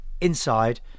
inside